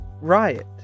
riot